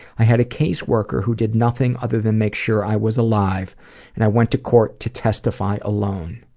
i had a case worker who did nothing other than make sure i was alive and i went to court to testify alone.